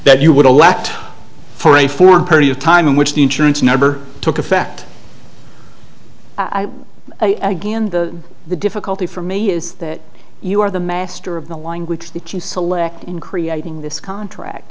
that you would a lacked for a for a period of time in which the insurance never took effect again the the difficulty for me is that you are the master of the language that you selected in creating this contract